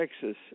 Texas